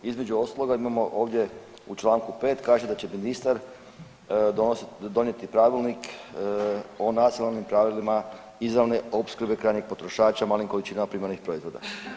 Između ostaloga imamo ovdje u članku 5. kaže da će ministar donijeti pravilnik o nacionalnim pravilima izravne opskrbe krajnjeg potrošača u malim količinama primarnih proizvoda.